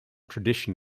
tradition